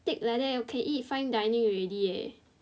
steak like that can eat fine dining already eh